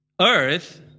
earth